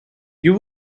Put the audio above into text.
you